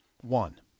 one